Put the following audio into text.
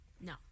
No